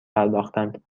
پرداختند